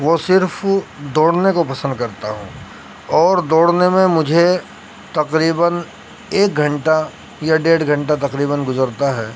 وہ صرف دوڑنے کو پسند کرتا ہوں اور دوڑنے میں مجھے تقریباً ایک گھنٹہ یا ڈیڑھ گھنٹہ تقریباً گزرتا ہے